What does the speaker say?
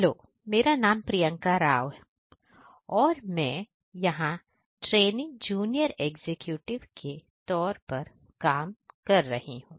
hello मेरा नाम प्रियंका राव और मैं यहां ट्रेनिंग जूनियर एग्जीक्यूटिव के तौर पर काम कर रही हूं